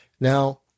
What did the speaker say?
Now